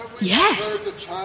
Yes